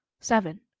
seven